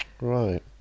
right